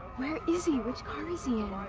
where is he, which car is he in?